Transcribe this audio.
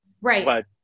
Right